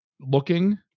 looking